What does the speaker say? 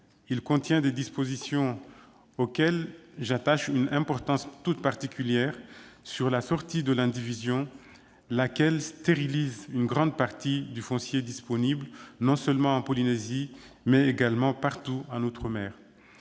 il contient des dispositions, auxquelles j'attache une importance toute particulière, sur la sortie de l'indivision, laquelle stérilise une grande partie du foncier disponible, non seulement en Polynésie, mais également partout ailleurs en outre-mer.